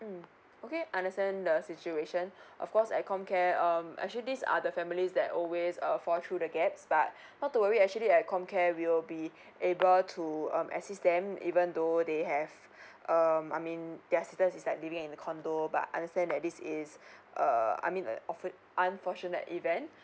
mm okay understand the situation of course at com care um actually this are the families that always uh fall through the gaps but not to worry actually at com care we'll be able to um assist them even though they have um I mean their sister is like living in a condo but understand that this is err I mean un~ unfortunate event